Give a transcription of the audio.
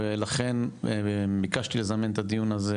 ולכן ביקשתי לזמן את הדיון הזה,